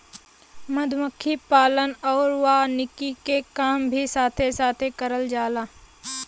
मधुमक्खी पालन आउर वानिकी के काम भी साथे साथे करल जाला